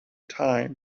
time